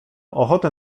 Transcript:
ochotę